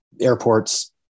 airports